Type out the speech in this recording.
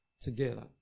together